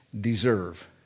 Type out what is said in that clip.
deserve